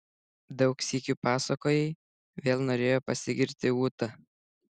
daug sykių pasakojai vėl norėjo pasigirti ūta